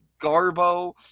garbo